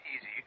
easy